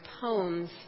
poems